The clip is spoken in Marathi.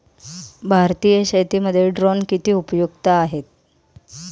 भारतीय शेतीमध्ये ड्रोन किती उपयुक्त आहेत?